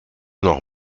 noch